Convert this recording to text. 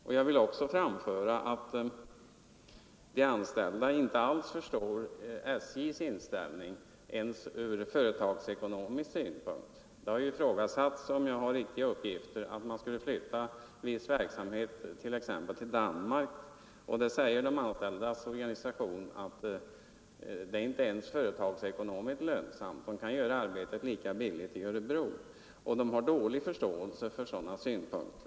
Vidare vill jag framhålla att de anställda inte förstår SJ:s inställning ens från företagsekonomiska synpunkter. Om de uppgifter jag fått är riktiga har det ju ifrågasatts att flytta viss verksamhet till Danmark, och det är inte ens företagsekonomiskt lönsamt säger man i de anställdas organisationer. Arbetet kan göras lika billigt i Örebro. Därför har man mycket liten förståelse för sådana synpunkter.